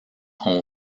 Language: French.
ont